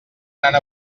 anant